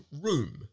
Room